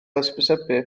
hysbysebu